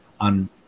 on